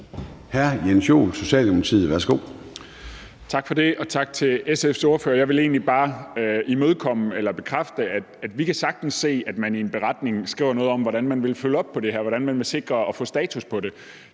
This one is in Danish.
Hr. Jens Joel, Socialdemokratiet. Værsgo.